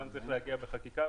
גם צריך להגיע בחקיקה,